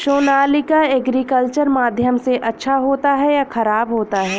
Sonalika agriculture माध्यम से अच्छा होता है या ख़राब होता है?